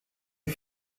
die